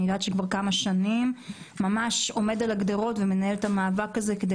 יודעת שכבר כמה שנים עומד על הגדרות ומנהל את המאבק הזה כדי